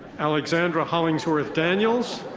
alexandra hollingsworth daniels.